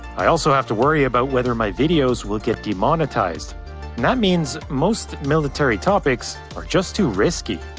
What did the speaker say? i also have to worry about whether my videos will get demonetized, and that means most military topics are just too risky.